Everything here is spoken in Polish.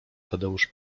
tadeusz